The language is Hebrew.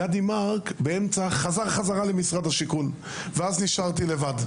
גדי מארק באמצע חזר למשרד הבינוי והשיכון ואז נשארתי לבד.